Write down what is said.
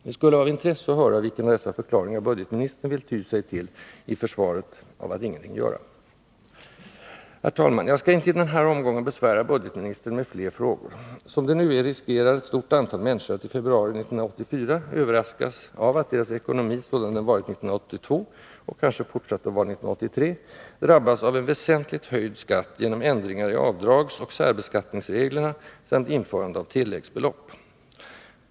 Det skulle vara av intresse att höra vilken av dessa förklaringar budgetministern vill ty sig till i försvaret av attityden att ingenting göra. Herr talman! Jag skall inte i den här omgången besvära budgetministern med fler frågor. Som det nu är riskerar ett stort antal människor att i februari 1984 överraskas av att deras ekonomi, sådan den varit 1982 och kanske fortsatt att vara 1983, drabbas av en väsentligt höjd skatt genom ändringar i avdragsoch särbeskattningsreglerna samt införandet av tilläggsbelopp.